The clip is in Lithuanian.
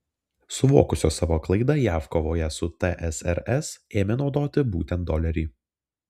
suvokusios savo klaidą jav kovoje su tsrs ėmė naudoti būtent dolerį